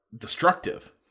destructive